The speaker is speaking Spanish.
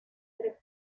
sangre